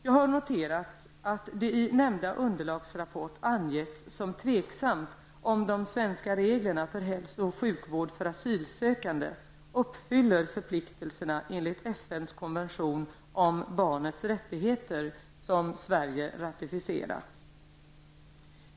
Jag har noterat att det i nämnda underlagsrapport angetts som tveksamt om de svenska reglerna för hälso och sjukvård för asylsökande uppfyller förpliktelserna enligt FNs konvention om barnets rättigheter, som Sverige ratificerat.